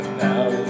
now